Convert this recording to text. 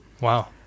wow